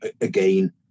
again